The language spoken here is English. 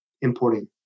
importing